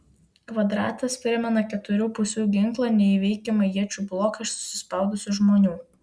kvadratas primena keturių pusių ginklą neįveikiamą iečių bloką iš susispaudusių žmonių